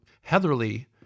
Heatherly